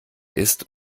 ist